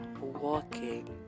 walking